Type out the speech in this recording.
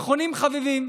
ואחרונים חביבים,